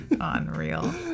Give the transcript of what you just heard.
Unreal